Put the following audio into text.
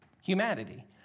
humanity